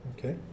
Okay